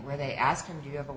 where they ask him do you have a